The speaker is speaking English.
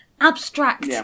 abstract